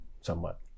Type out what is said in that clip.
somewhat